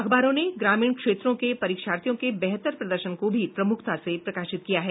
अखबारों ने ग्रामीण क्षेत्रों के परीक्षार्थियों के बेहतर प्रदर्शन को भी प्रमुखता से प्रकाशित किया है